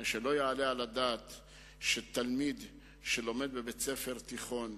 מפני שלא יעלה על הדעת שתלמיד שלומד בבית-ספר תיכון,